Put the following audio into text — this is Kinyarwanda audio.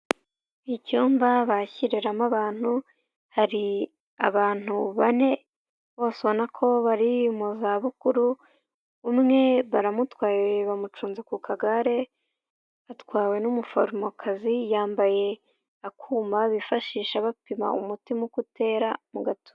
Icyumba bakiriramo abantu hari abantu bane bose ubona ko bari mu zabukuru, umwe baramutwaye bamucunze ku kagare atwawe n'umuforomokazi, yambaye akuma bifashisha bapima umutima uko utera mu gatuza.